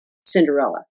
Cinderella